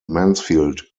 mansfield